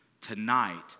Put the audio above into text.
Tonight